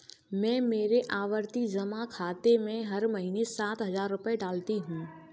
मैं मेरे आवर्ती जमा खाते में हर महीने सात हजार रुपए डालती हूँ